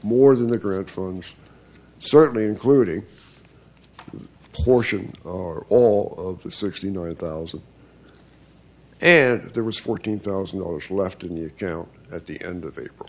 more than the ground for and certainly including portion or all of the sixty nine thousand and there was fourteen thousand dollars left in the account at the end of april